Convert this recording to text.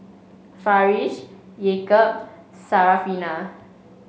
Farish Yaakob Syarafina